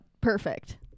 perfect